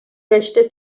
رشته